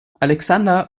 alexander